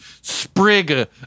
sprig